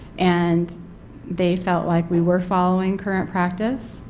and they felt like we were following current practice,